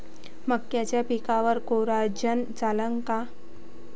मक्याच्या पिकावर कोराजेन चालन का?